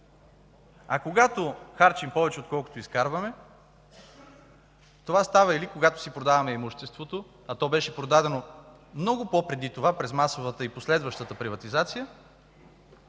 а когато харчим повече, отколкото изкарваме, това става или когато си продаваме имуществото, а то беше продадено много по преди това през масовата и последващата приватизация